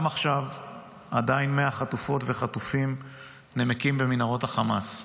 גם עכשיו עדיין 100 חטופות וחטופים נמקים במנהרות החמאס.